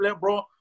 bro